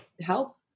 help